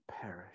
perish